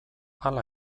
hala